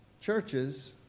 Churches